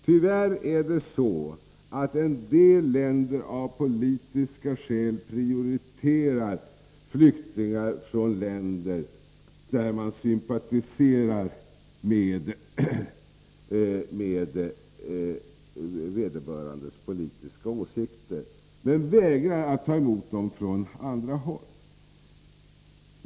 Tyvärr är det så att en del länder av politiska skäl prioriterar flyktingar från vissa länder och människor vilkas politiska åsikter man sympatiserar med, men vägrar att ta emot flyktingar från andra håll.